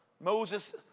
Moses